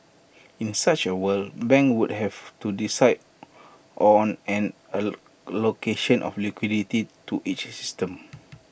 in such A world banks would have to decide on an location of liquidity to each system